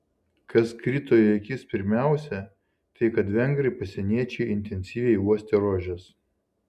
kas krito į akis pirmiausia tai kad vengrai pasieniečiai intensyviai uostė rožes